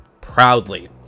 proudly